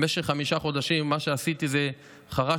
במשך חמישה חודשים מה שעשיתי זה חרשתי